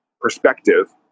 perspective